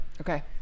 Okay